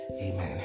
amen